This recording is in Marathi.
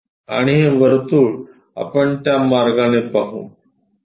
आणि हे वर्तुळ आपण त्या मार्गाने पाहू